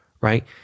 right